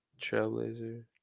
Trailblazer